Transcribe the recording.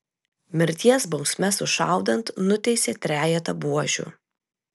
mirties bausme sušaudant nuteisė trejetą buožių